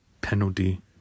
penalty